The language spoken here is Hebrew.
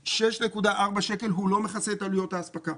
ה-6.4 שקלים לא מכסה את עלויות האספקה.